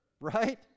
right